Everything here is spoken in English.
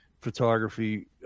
photography